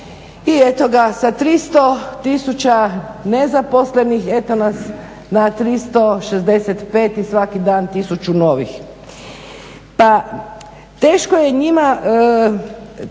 i eto ga sa 300 tisuća nezaposlenih eto nas na 365 i svaki dan tisuću novih. Obzirom da